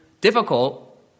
difficult